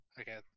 Okay